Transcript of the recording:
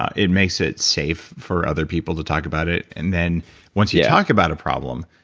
it makes it safe for other people to talk about it. and then once you yeah talk about a problem,